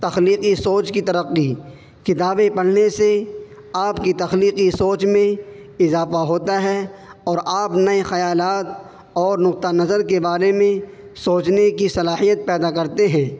تخلیقی سوچ کی ترقی کتابیں پڑھنے سے آپ کی تخلیقی سوچ میں اضافہ ہوتا ہے اور آپ نئے خیالات اور نقطہ نظر کے بارے میں سوچنے کی صلاحیت پیدا کرتے ہیں